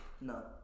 No